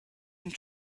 and